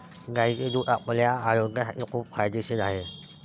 गायीचे दूध आपल्या आरोग्यासाठी खूप फायदेशीर आहे